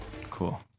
Cool